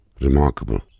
remarkable